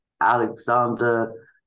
Alexander